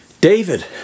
David